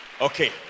Okay